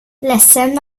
ledsen